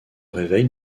réveille